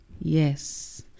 yes